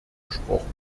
gesprochen